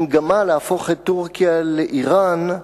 במגמה להפוך את טורקיה לאירן,